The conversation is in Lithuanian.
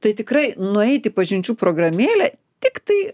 tai tikrai nueiti į pažinčių programėlę tiktai